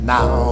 Now